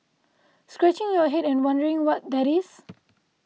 scratching your head and wondering what that is